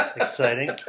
Exciting